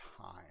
Time